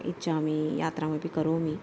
इच्छामि यात्रामपि करोमि